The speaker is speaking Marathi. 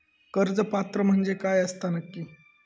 कर्ज पात्र म्हणजे काय असता नक्की?